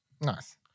Nice